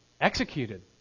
executed